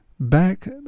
back